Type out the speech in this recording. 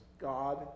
God